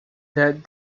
that